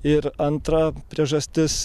ir antra priežastis